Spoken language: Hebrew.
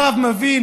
מה הרב מבין?